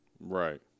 right